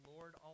Lord